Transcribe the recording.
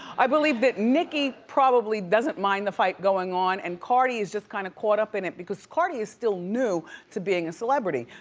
i believe that nicki probably doesn't mind the fight going on, and cardi is just kind of caught up in it because cardi is still new to being a celebrity.